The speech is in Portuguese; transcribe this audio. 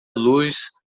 luz